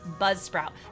Buzzsprout